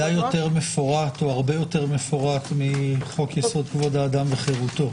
יותר מפורט מחוק יסוד: כבוד האדם וחירותו.